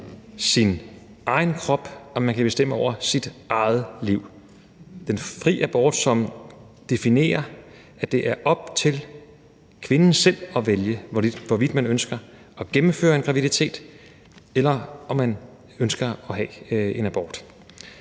sin egen krop og man kan bestemme over sit eget liv. Den fri abort definerer, at det er op til kvinden selv at vælge, hvorvidt man ønsker at gennemføre en graviditet, eller om man ønsker at have en abort.